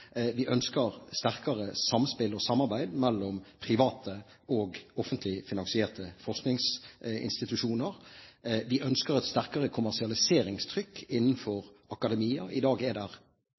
Vi ønsker sterkere samspill og samarbeid mellom private og offentlig finansierte forskningsinstitusjoner. Vi ønsker et sterkere kommersialiseringstrykk innenfor akademia. I dag er